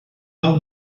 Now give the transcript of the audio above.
hau